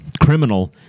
criminal